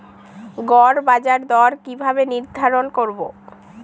গড় বাজার দর কিভাবে নির্ধারণ করব?